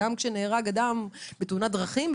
גם כשנהרג אדם בתאונת דרכים.